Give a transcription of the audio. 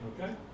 Okay